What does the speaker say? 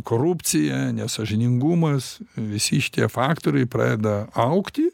korupcija nesąžiningumas visi šitie faktoriai pradeda augti